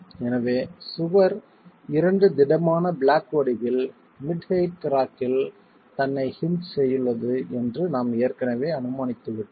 எனவே சுவர் இரண்டு திடமான பிளாக் வடிவில் மிட் ஹெயிட் கிராக்கில் தன்னை ஹின்ஜ் செய்துள்ளது என்று நாம் ஏற்கனவே அனுமானித்து விட்டோம்